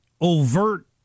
overt